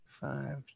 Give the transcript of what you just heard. Five